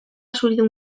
zuridun